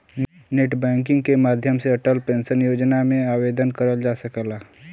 net banking के माध्यम से अटल पेंशन योजना में आवेदन करल जा सकला